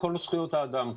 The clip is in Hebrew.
כל זכויות האדם,